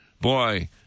boy